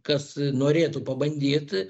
kas norėtų pabandyt